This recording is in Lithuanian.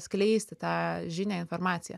skleisti tą žinią informaciją